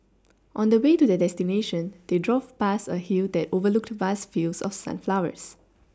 on the way to their destination they drove past a hill that overlooked vast fields of sunflowers